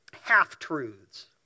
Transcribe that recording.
half-truths